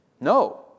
No